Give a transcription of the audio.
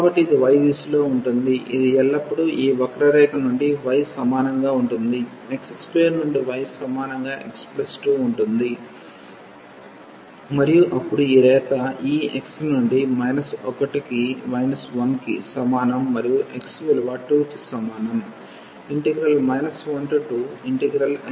కాబట్టి ఇది y దిశలో ఉంటుంది ఇది ఎల్లప్పుడూ ఈ వక్రరేఖ నుండి y సమానంగా ఉంటుంది x2 నుండి y సమానంగా x2 ఉంటుంది మరియు అప్పుడు ఈ రేఖ ఈ x నుండి 1 కి సమానం మరియు x విలువ 2 కి సమానం